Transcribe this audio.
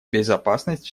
безопасность